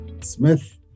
Smith